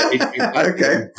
Okay